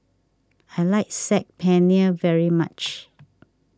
I like Saag Paneer very much